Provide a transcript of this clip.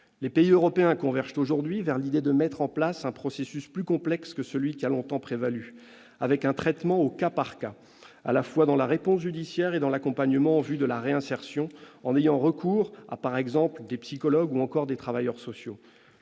Les pays européens convergent aujourd'hui sur l'idée de mettre en place un processus plus complexe que celui qui a longtemps prévalu en France, avec un traitement « au cas par cas », à la fois dans la réponse judiciaire et dans l'accompagnement en vue de la réinsertion, en ayant recours, par exemple, à des psychologues ou encore à des travailleurs sociaux.